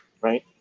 right